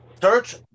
Search